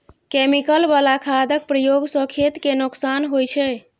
chemical बला खादक प्रयोग सँ खेत केँ नोकसान होइ छै